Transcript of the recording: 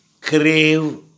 crave